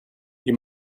you